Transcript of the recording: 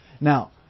Now